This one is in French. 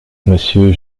monsieur